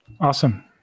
Awesome